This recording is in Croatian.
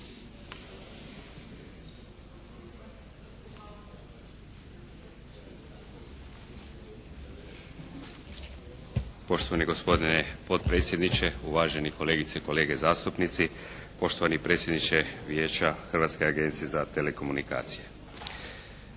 Poštovani gospodine potpredsjedniče, uvaženi kolegice i kolege zastupnici, poštovani predsjedniče Vijeća Hrvatske agencije za telekomunikacije.